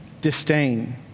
disdain